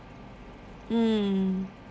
mm